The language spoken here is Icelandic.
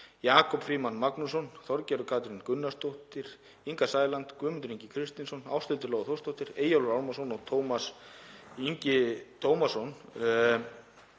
Jakob Frímann Magnússon, Þorgerður Katrín Gunnarsdóttir, Inga Sæland, Guðmundur Ingi Kristinsson, Ásthildur Lóa Þórsdóttir, Eyjólfur Ármannsson og Tómas A. Tómasson.